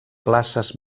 places